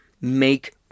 make